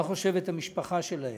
מה חושבת המשפחה שלהם.